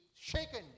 shaken